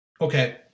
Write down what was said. okay